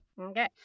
Okay